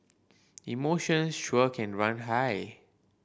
emotions sure can run high